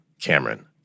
Cameron